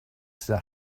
sydd